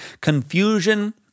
confusion